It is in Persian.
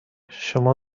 شما